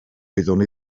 wyddwn